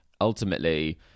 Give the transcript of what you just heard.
ultimately